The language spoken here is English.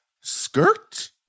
skirt